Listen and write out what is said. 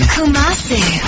Kumasi